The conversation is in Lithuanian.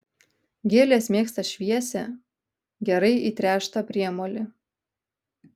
gėlės mėgsta šviesią gerai įtręštą priemolį